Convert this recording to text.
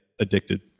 Addicted